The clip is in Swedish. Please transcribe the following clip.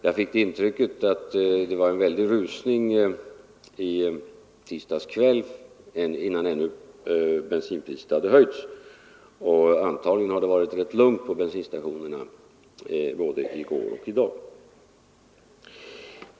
Jag fick det intrycket att det var en väldig rusning efter bensin i tisdags kväll innan bensinpriset ännu hade höjts. Antagligen har det varit rätt lugnt på bensinstationerna både i går och i dag.